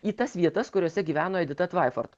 į tas vietas kuriose gyveno edita tvaiford